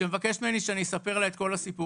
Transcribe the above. שמבקשת ממני שאני אספר לה את כל הסיפור,